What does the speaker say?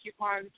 coupons